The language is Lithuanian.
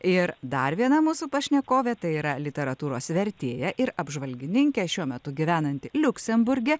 ir dar viena mūsų pašnekovė tai yra literatūros vertėja ir apžvalgininkė šiuo metu gyvenanti liuksemburge